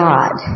God